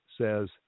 says